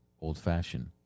old-fashioned